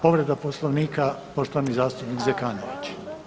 Povreda Poslovnika poštovani zastupnik Zekanović.